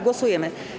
Głosujemy.